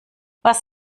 was